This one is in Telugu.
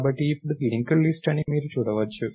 కాబట్టి ఇప్పుడు ఇది లింక్డ్ లిస్ట్ అని మీరు చూడవచ్చు